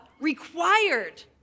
required